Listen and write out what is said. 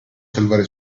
salvare